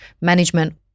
Management